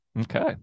okay